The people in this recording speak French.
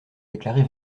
déclarée